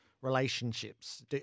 relationships